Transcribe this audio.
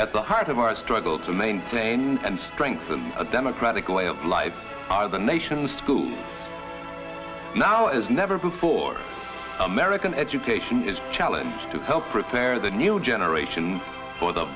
at the heart of our struggle to maintain and strengthen a democratic way of life are the nation's schools now as never before american education is challenged to help prepare the new generation for the